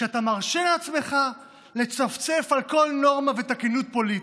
שאתה מרשה לעצמך לצפצף על כל נורמה ותקינות פוליטית?